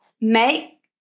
make